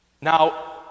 Now